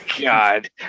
God